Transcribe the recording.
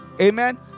Amen